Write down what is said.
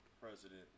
president